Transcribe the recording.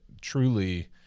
truly